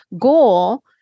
goal